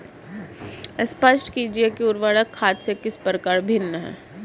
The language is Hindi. स्पष्ट कीजिए कि उर्वरक खाद से किस प्रकार भिन्न है?